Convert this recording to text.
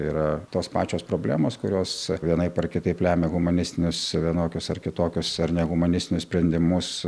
yra tos pačios problemos kurios vienaip ar kitaip lemia humanistinius vienokius ar kitokius ar ne humanistinius sprendimus